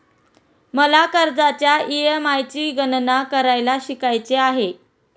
मला कर्जाच्या ई.एम.आय ची गणना करायला शिकायचे आहे